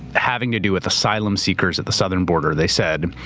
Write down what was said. having to do with asylum seekers at the southern border. they said,